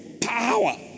power